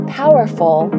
powerful